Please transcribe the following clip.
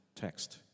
text